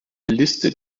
liste